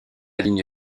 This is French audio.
ligne